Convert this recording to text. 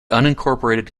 unincorporated